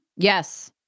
Yes